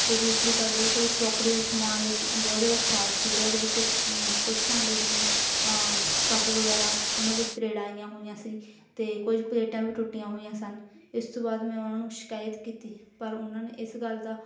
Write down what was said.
ਅਤੇ ਦੂਸਰੀ ਗੱਲ ਇਹ ਹੈ ਕਿ ਜੋ ਕ੍ਰੋਕਰੀ ਦਾ ਸਮਾਨ ਵਿੱਚ ਬਹੁਤ ਜ਼ਿਆਦਾ ਖ਼ਰਾਬ ਸੀਗਾ ਇਹਦੇ ਵਿੱਚ ਕੁਛ ਭਾਂਡੇ ਜਿਵੇਂ ਕੱਪ ਵਗੈਰਾ ਉਹਨਾਂ ਵਿੱਚ ਤਰੇੜਾਂ ਆਈਆਂ ਹੋਈਆਂ ਸੀ ਅਤੇ ਕੁਝ ਪਲੇਟਾਂ ਵੀ ਟੁੱਟੀਆਂ ਹੋਈਆਂ ਸਨ ਇਸ ਤੋਂ ਬਾਅਦ ਮੈਂ ਉਹਨਾਂ ਨੂੰ ਸ਼ਿਕਾਇਤ ਕੀਤੀ ਪਰ ਉਹਨਾਂ ਨੇ ਇਸ ਗੱਲ ਦਾ